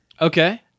Okay